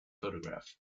photograph